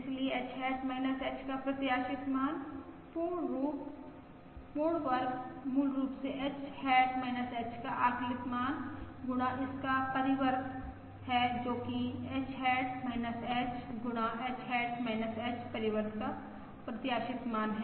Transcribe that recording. इसलिए h hat h का प्रत्याशित मान पूर्ण वर्ग मूल रूप से h हैट h का आकलित मान गुणा इसका परिवर्त जो कि h हैट h गुणा h हैट h परिवर्त का प्रत्याशित मान है